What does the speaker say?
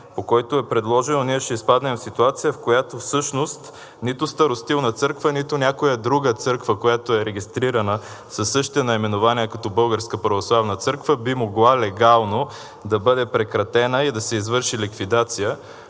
по който е предложено, ще изпаднем в ситуация, в която всъщност нито Старостилната църква, нито някоя друга църква, която е регистрирана със същите наименования като Българската православна църква, би могла легално да бъде прекратена и да се извърши ликвидация.